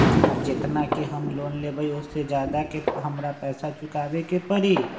जेतना के हम लोन लेबई ओ से ज्यादा के हमरा पैसा चुकाबे के परी?